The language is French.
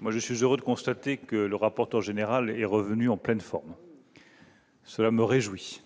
Moi, je suis heureux de constater que le rapporteur général est revenu en pleine forme. Cela me réjouit,